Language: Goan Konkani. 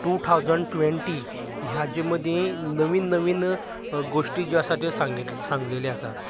टू थावजंड ट्वेंन्टी हाजे मदीं नवीन नवीन गोश्टी ज्यो आसा त्यो सांगील्यो सांगलेल्यो आसात